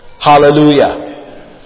Hallelujah